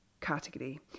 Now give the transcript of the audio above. category